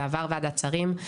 זה עבר וועדת שרים.